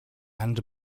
and